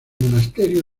monasterio